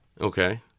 Okay